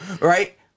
Right